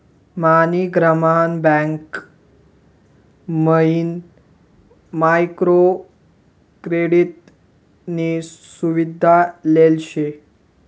मनी ग्रामीण बँक मयीन micro credit नी सुविधा लेल शे